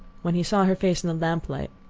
when he saw her face in the lamp-light,